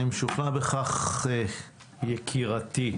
אני משוכנע בכך, יקירתי.